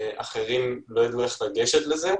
אחרים לא ידעו איך לגשת לזה.